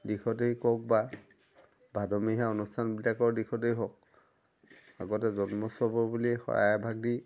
দিশতেই কওক বা ভাদমহীয়া অনুষ্ঠানবিলাকৰ দিশতেই হওক আগতে জন্মোৎসৱৰ বুলি শৰাইভাগ দি